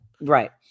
Right